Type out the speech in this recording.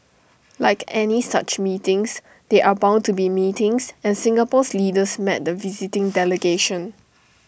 like any such meetings there are bound to be meetings and Singapore's leaders met the visiting delegation